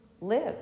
live